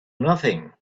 nothing